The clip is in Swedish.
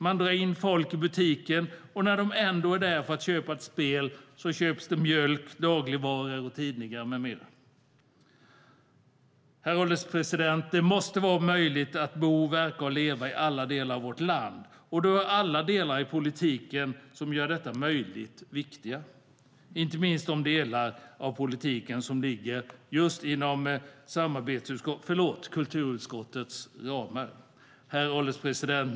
Man drar in folk i butiken, och när de ändå är där för att köpa ett spel så köper de mjölk, dagligvaror, tidningar med mera. Herr ålderspresident!